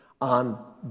on